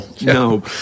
no